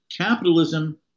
Capitalism